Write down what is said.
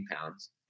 pounds